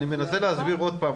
אני מנסה להסביר עוד פעם,